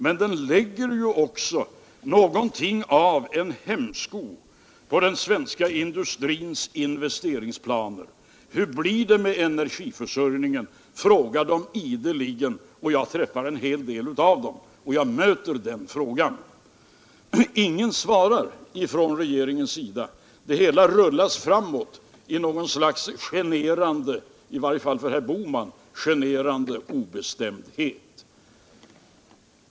Men de lägger också något av en hämsko på den svenska industrins investeringsplaner. Jag träffar en hel del av dess företrädare, och jag möter då ideligen frågan: Hur blir det med energiförsörjningen? Ingen svarar från regeringshåll. Det hela rullar vidare i ett slags — i varje fall för herr Bohman — generande obestämdhet.